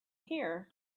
here